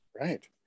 Right